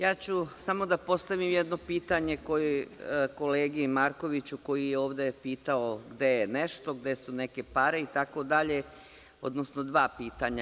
Ja ću samo da postavim jedno pitanje kolegi Markoviću koji je ovde pitao gde je nešto, gde su neke pare itd. odnosno dva pitanja.